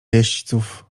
jeźdźców